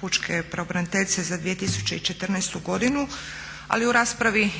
pučke pravobraniteljice za 2014.godinu, ali u raspravi